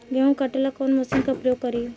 गेहूं काटे ला कवन मशीन का प्रयोग करी?